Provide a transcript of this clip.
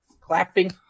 clapping